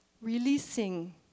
releasing